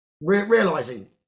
realizing